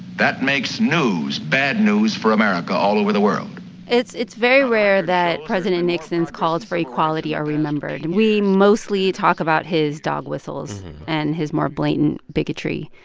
that makes news bad news for america all over the world it's it's very rare that president nixon's calls for equality are remembered. and we mostly talk about his dog whistles and his more blatant bigotry.